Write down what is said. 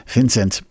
Vincent